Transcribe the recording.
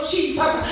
Jesus